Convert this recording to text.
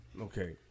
Okay